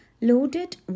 loaded